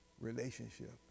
relationship